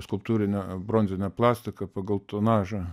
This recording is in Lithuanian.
skulptūrinė bronzinė plastika pagal tonažą